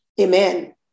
Amen